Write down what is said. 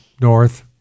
north